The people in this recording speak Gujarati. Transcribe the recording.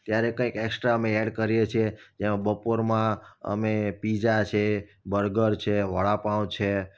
ત્યારે કંઈક એકસ્ટ્રા અમે એડ કરીએ છીએ જ્યાં બપોરમાં અમે પીઝા છે બર્ગર છે વડાપાઉં છે